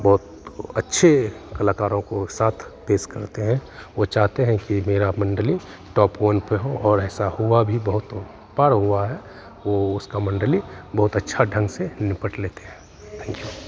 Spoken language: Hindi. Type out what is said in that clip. बहुत अच्छे कलाकारों को साथ पेश करते हैं वो चाहते हैं कि मेरा मण्डली टॉप वन पे हो और ऐसा हुआ भी बहुत बार हुआ है वो उसका मण्डली बहुत अच्छा ढंग से निपट लेते हैं थैंक यू